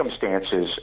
circumstances